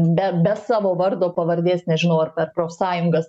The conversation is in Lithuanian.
be be savo vardo pavardės nežinau ar per profsąjungas